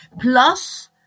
Plus